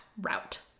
route